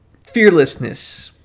fearlessness